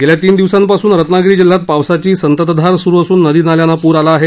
गेल्या तीन दिवसांपासून रत्नागिरी जिल्ह्यात पावसाची संततधार सुरू असून नदीनाल्यांना पूर आला आहे